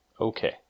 Okay